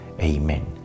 Amen